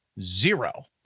Zero